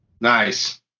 Nice